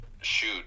shoot